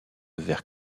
vers